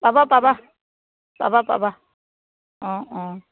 পাবা পাবা পাবা পাবা অঁ অঁ